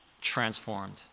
transformed